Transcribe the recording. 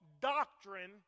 doctrine